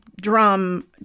drum